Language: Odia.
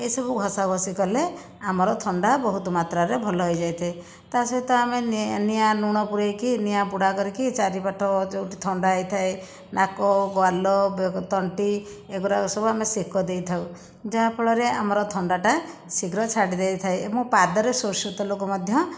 ଏଇସବୁ ଘଷାଘଷି କଲେ ଆମର ଥଣ୍ଡା ବହୁତ ମାତ୍ରାରେ ଭଲ ହେଇଯାଇଥାଏ ତା' ସହିତ ଆମେ ନେ ନିଆଁ ଲୁଣ ପୁରେଇକି ନିଆଁ ପୋଡ଼ା କରିକି ଚାରିପାଠ ଯେଉଁଠି ଥଣ୍ଡା ହେଇଥାଏ ନାକ ଗାଲ ବେକ ତଣ୍ଟି ଏଗୁଡ଼ାକ ସବୁ ଆମେ ସେକ ଦେଇଥାଉ ଯାହାଫଳରେ ଆମର ଥଣ୍ଡାଟା ଶିଘ୍ର ଛାଡ଼ି ଦେଇଥାଏ ଏବଂ ପାଦରେ ସୋରିଷ ତେଲକୁ ମଧ୍ୟ